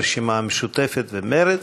הרשימה המשותפת ומרצ.